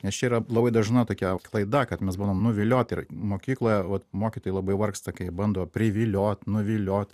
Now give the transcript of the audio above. nes čia yra labai dažna tokia klaida kad mes būnam nuvilioti ir mokykloje vat mokytojai labai vargsta kai bando priviliot nuviliot